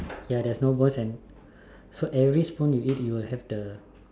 ya there's no poison and so every spoon you eat you'll have the